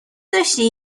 داشتی